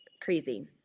crazy